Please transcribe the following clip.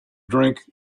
drink